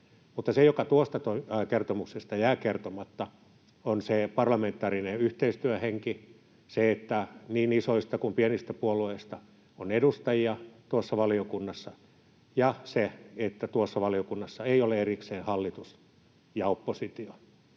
se, joka tuosta kertomuksesta jää kertomatta, on se parlamentaarinen yhteistyöhenki, se, että niin isoista kuin pienistä puolueista on edustajia tuossa valiokunnassa, ja se, että tuossa valiokunnassa ei ole erikseen hallitusta ja oppositiota,